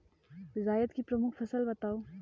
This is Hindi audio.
जायद की प्रमुख फसल बताओ